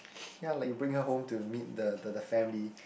ya like you bring her home to meet the the the family